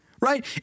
right